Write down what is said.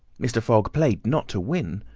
mr. fogg played, not to win,